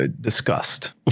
disgust